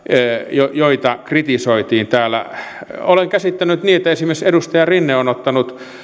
joita kritisoitiin täällä olen käsittänyt niin että esimerkiksi edustaja rinne on ottanut